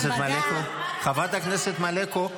כנסת נכבדה --- חברת הכנסת מלקו,